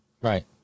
Right